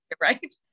Right